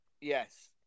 Yes